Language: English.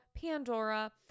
Pandora